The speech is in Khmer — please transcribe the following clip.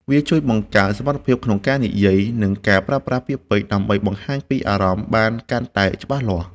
វាជួយបង្កើនសមត្ថភាពក្នុងការនិយាយ និងការប្រើប្រាស់ពាក្យពេចន៍ដើម្បីបង្ហាញពីអារម្មណ៍បានកាន់តែច្បាស់លាស់។